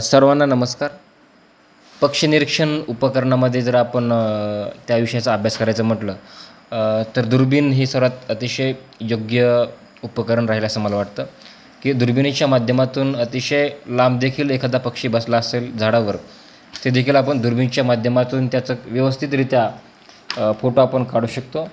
सर्वांना नमस्कार पक्षी निरीक्षण उपकरणामध्ये जर आपण त्या विषयाचा अभ्यास करायचा म्हटलं तर दुर्बिण ही सर्वात अतिशय योग्य उपकरण राहील असं मला वाटतं की दुर्बिणीच्या माध्यमातून अतिशय लांब देखील एखादा पक्षी बसला असेल झाडावर तेदखील आपण दुर्बिणीच्या माध्यमातून त्याचं व्यवस्थितरित्या फोटो आपण काढू शकतो